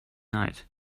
night